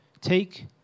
Take